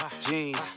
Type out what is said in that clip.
jeans